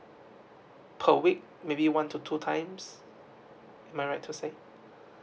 a week maybe one to two times am I right to say